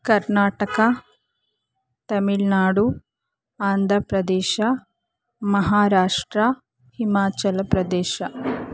Karnataka Tamil Nadu Andhra Pradesh Maharashtra Himachal Pradesh